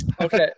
Okay